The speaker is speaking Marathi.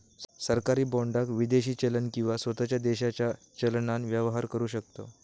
सरकारी बाँडाक विदेशी चलन किंवा स्वताच्या देशाच्या चलनान व्यवहार करु शकतव